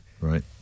right